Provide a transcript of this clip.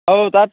অ তাত